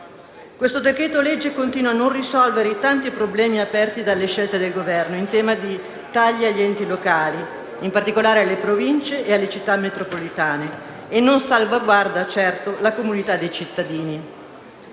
Questo decreto-legge continua a non risolvere i tanti problemi aperti dalle scelte del Governo in tema di tagli agli enti locali, in particolare alle Province e alle Città metropolitane, e non salvaguarda certo la comunità dei cittadini.